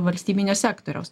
valstybinio sektoriaus